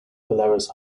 polaris